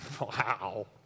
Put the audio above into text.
wow